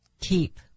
Keep